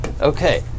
Okay